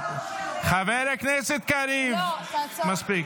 --- חבר הכנסת קריב, מספיק.